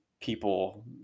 people